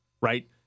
right